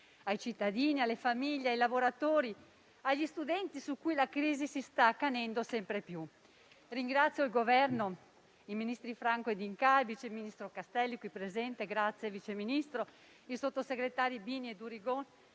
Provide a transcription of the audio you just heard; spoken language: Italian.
ai cittadini, alle famiglie, ai lavoratori, agli studenti, su cui la crisi si sta accanendo sempre più. Ringrazio il Governo, i ministri Franco e D'Incà, il vice ministro Castelli qui presente, i sottosegretari Bini e Durigon,